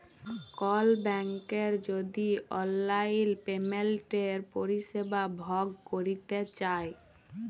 call ব্যাংকের যদি অললাইল পেমেলটের পরিষেবা ভগ ক্যরতে চায়